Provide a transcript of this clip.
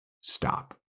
stop